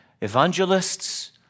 Evangelists